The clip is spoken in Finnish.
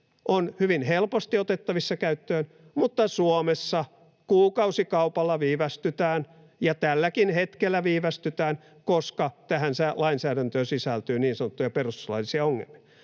on hyvin helposti otettavissa käyttöön, mutta Suomessa kuukausikaupalla viivästytään ja tälläkin hetkellä viivästytään, koska tähän lainsäädäntöön sisältyy niin sanottuja perustuslaillisia ongelmia.